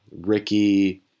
Ricky